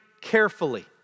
carefully